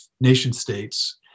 nation-states